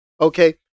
Okay